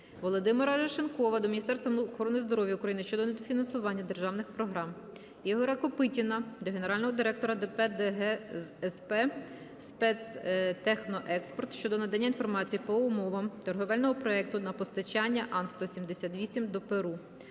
Володимира Арешонкова до Міністерства охорони здоров'я України щодо недофінансування державних програм. Ігоря Копитіна до Генерального директора ДП ДГЗП "Спецтехноекспорт" щодо надання інформації по умовам торговельного проекту на постачання Ан-178 до Перу.